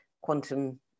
quantum